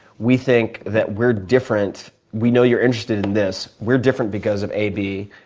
we think that we're different. we know you're interested in this. we're different because of a, b.